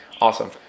Awesome